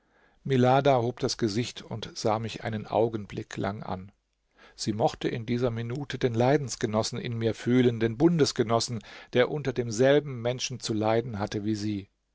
milada hob das gesicht und sah mich einen augenblick lang an sie mochte in dieser minute den leidensgenossen in mir fühlen den bundesgenossen der unter demselben menschen zu leiden hatte wie sie